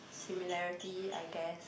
similarity I guess